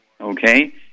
okay